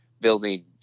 building